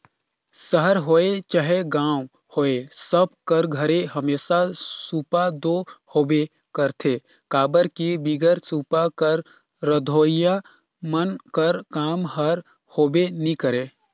सहर होए चहे गाँव होए सब कर घरे हमेसा सूपा दो होबे करथे काबर कि बिगर सूपा कर रधोइया मन कर काम हर होबे नी करे